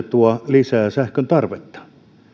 tuo lisää sähkön tarvetta